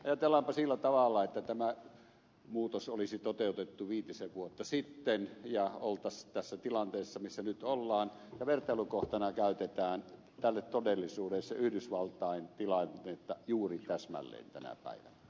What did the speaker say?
ajatellaanpa sillä tavalla että tämä muutos olisi toteutettu viitisen vuotta sitten ja oltaisiin tässä tilanteessa missä nyt ollaan ja vertailukohtana käytetään yhdysvaltain tilannetta todellisuudessa juuri täsmälleen tänä päivänä